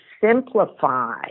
simplify